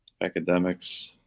academics